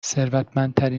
ثروتمندترین